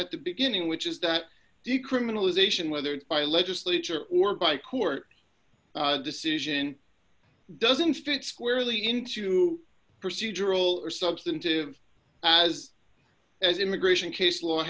at the beginning which is that decriminalization whether it's by legislature or by court decision doesn't fit squarely into procedural or substantive as as immigration case